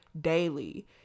daily